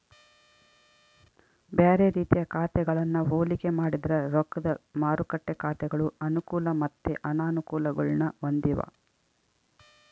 ಬ್ಯಾರೆ ರೀತಿಯ ಖಾತೆಗಳನ್ನ ಹೋಲಿಕೆ ಮಾಡಿದ್ರ ರೊಕ್ದ ಮಾರುಕಟ್ಟೆ ಖಾತೆಗಳು ಅನುಕೂಲ ಮತ್ತೆ ಅನಾನುಕೂಲಗುಳ್ನ ಹೊಂದಿವ